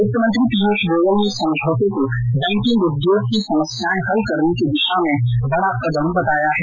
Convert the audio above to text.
वित्त मंत्री पीयूष गोयल ने इस समझौते को बैकिंग उद्योग की समस्याए हल करने की दिशा में बड़ा कदम बताया है